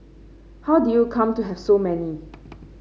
how did you come to have so many